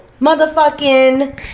motherfucking